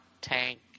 Tank